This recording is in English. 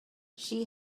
she